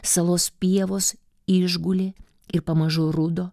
salos pievos išgulė ir pamažu rudo